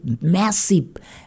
massive